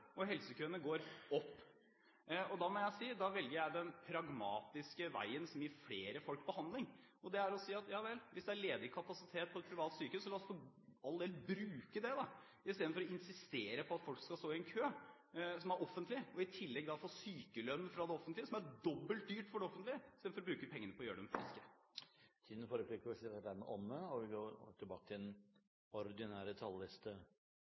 gikk helsekøene ned. Nå har de rød-grønne hatt regjeringsmakt i syv år, og helsekøene går opp. Da velger jeg den pragmatiske veien som gir flere folk behandling, og det er å si: Javel, hvis det er ledig kapasitet på et privat sykehus, så la oss for all del bruke det da, istedenfor å insistere på at folk skal stå i en kø – som er offentlig – og i tillegg få sykelønn fra det offentlige, som er dobbelt dyrt for det offentlige, istedenfor å bruke pengene på å gjøre dem friske. Replikkordskiftet er dermed omme. Lover og